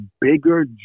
bigger